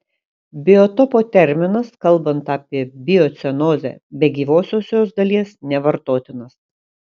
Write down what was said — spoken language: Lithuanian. biotopo terminas kalbant apie biocenozę be gyvosios jos dalies nevartotinas